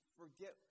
forget